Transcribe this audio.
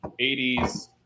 80s